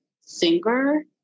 singer